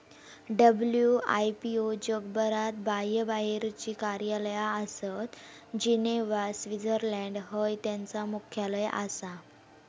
WIPO जगभरात बाह्यबाहेरची कार्यालया आसत, जिनेव्हा, स्वित्झर्लंड हय त्यांचा मुख्यालय आसा